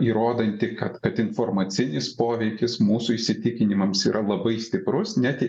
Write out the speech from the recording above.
įrodantį kad informacinis poveikis mūsų įsitikinimams yra labai stiprus net